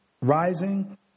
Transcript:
rising